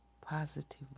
positive